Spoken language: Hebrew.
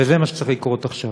וזה מה שצריך לקרות עכשיו.